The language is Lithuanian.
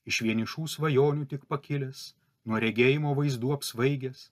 iš vienišų svajonių tik pakilęs nuo regėjimo vaizdų apsvaigęs